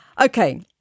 Okay